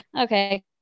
okay